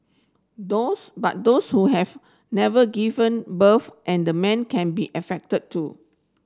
those but those who have never given birth and the men can be affected too